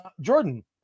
Jordan